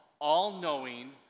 all-knowing